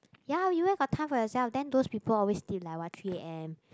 ya you where got your time for yourself then those people always did like what three A_M